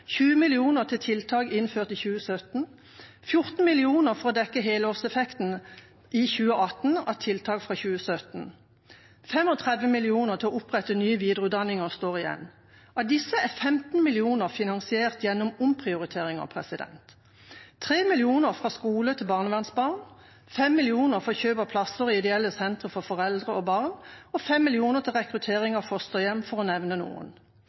20 mill. kr til tiltak innført i 2017, 14 mill. kr for å dekke helårseffekten i 2018 av tiltak fra 2017. 35 mill. kr til å opprette nye videreutdanninger står igjen. Av disse er 15 mill. kr finansiert gjennom omprioriteringer: 3 mill. kr fra skole til barnevernsbarn, 5 mill. kr for kjøp av plasser i ideelle sentre for foreldre og barn og 5 mill. kr fra rekruttering av fosterhjem, for å nevne noen.